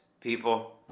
people